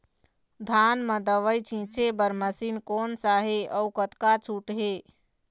धान म दवई छींचे बर मशीन कोन सा हे अउ कतका छूट हे?